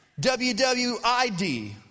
WWID